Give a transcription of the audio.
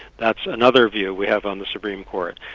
that's another view we have on the supreme court.